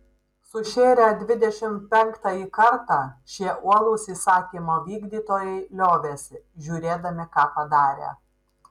sušėrę dvidešimt penktąjį kartą šie uolūs įsakymo vykdytojai liovėsi žiūrėdami ką padarę